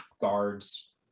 guards